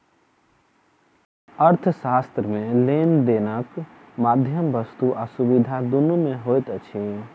अर्थशास्त्र मे लेन देनक माध्यम वस्तु आ सुविधा दुनू मे होइत अछि